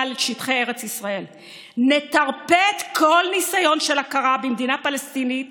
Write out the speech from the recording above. על שטחי ארץ ישראל ונטרפד כל ניסיון של הכרה במדינה פלסטינית,